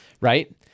right